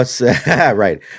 right